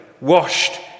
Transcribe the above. washed